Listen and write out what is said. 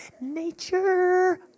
nature